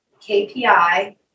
KPI